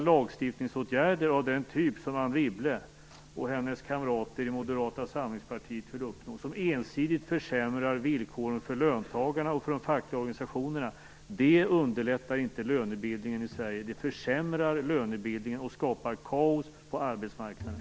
Lagstiftningsåtgärder av den typ som Anne Wibble och hennes kamrater i Moderata samlingspartiet vill ha försämrar ensidigt villkoren för löntagarna och de fackliga organisationerna. Det underlättar inte lönebildningen i Sverige. Det försämrar lönebildningen och skapar kaos på arbetsmarknaden.